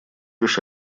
лишь